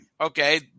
okay